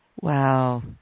Wow